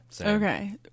Okay